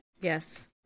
Yes